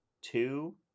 Two